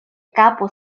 kapo